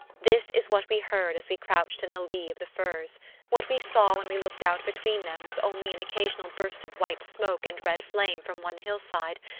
this is what we heard as we crouched in the lee of the firs what we saw when we looked out between them was only an occasional burst of white smoke and red flame from one hillside,